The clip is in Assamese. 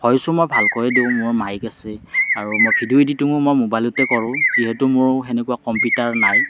ভইচো মই ভালকৈ দিওঁ মোৰ মাইক আছে আৰু মই ভিডিঅ' ইডিটিঙো মই মোবাইলতে কৰোঁ যিহেতু মোৰ সেনেকুৱা কম্পিটাৰ নাই